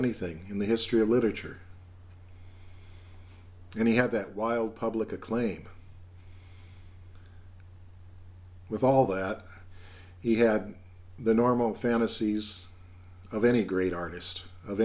anything in the history of literature and he had that wild public acclaim with all that he had the normal fantasies of any great artist of